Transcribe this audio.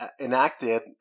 enacted